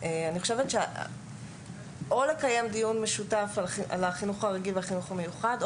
אני חושבת שצריך או לקיים דיון משותף על החינוך הרגיל והחינוך המיוחד,